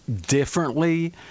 differently